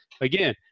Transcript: again